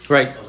Right